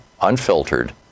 unfiltered